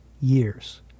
years